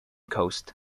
coast